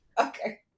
Okay